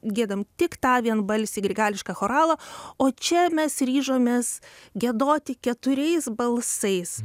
giedam tik tą vienbalsį grigališką choralą o čia mes ryžomės giedoti keturiais balsais